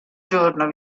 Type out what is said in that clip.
giorno